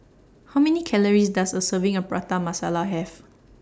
How Many Calories Does A Serving of Prata Masala Have